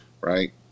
right